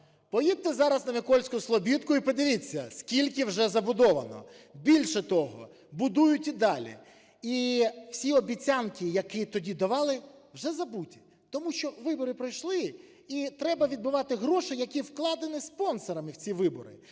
Поїдьте зараз на Микільську Слобідку і подивіться, скільки вже забудовано. Більше того, будують і далі. І всі обіцянки, які тоді давали, вже забуті, тому що вибори пройшли і треба відбивати гроші, які вкладені спонсорами в ці вибори.